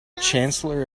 chancellor